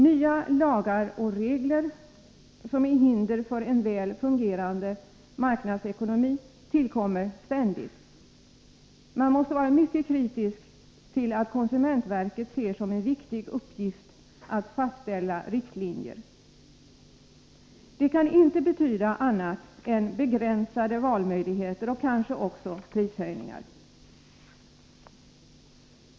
Nya lagar och regler som är hinder för en väl fungerande marknadsekonomi tillkommer ständigt. Man måste vara mycket kritisk till att konsumentverket ser som en viktig uppgift att fastställa riktlinjer. Det kan inte betyda annat än begränsade valmöjligheter och kanske också prishöjningar.